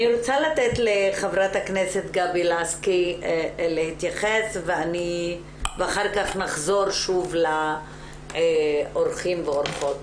אני רוצה לתת לח"כ גבי לסקי להתייחס ואחר כך נחזור שוב לאורחים ואורחות.